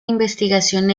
investigación